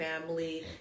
family